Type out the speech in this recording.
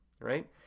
right